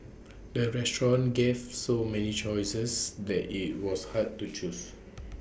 the restaurant gave so many choices that IT was hard to choose